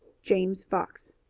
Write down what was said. james fox.